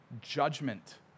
judgment